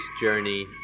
journey